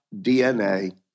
DNA